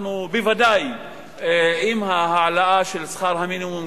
אנחנו בוודאי עם ההעלאה של שכר המינימום,